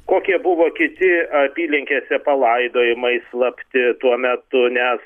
kokie buvo kiti apylinkėse palaidojimai slapti tuo metu nes